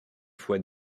fois